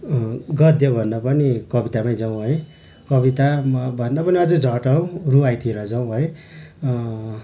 गद्यभन्दा पनि कवितामै जाउँ है कविता म भन्दा पनि अझै झट्ट आउँ रुवाईतिर जाउँ है